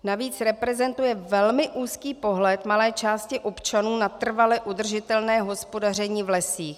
Navíc reprezentuje velmi úzký pohled malé části občanů na trvale udržitelné hospodaření v lesích.